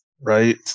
Right